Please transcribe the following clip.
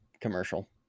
commercial